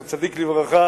זכר צדיק לברכה,